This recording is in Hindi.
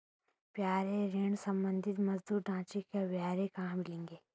व्यापार ऋण संबंधी मौजूदा ढांचे के ब्यौरे कहाँ मिलेंगे?